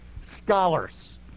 scholars